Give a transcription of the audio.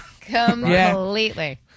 Completely